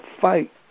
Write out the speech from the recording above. fight